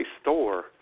store